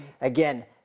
Again